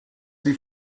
sie